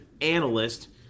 analyst